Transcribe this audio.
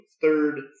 third